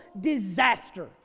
disaster